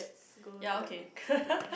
go to the next one